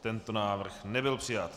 Tento návrh nebyl přijat.